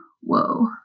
whoa